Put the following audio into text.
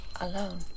alone